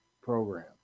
program